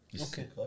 Okay